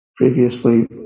Previously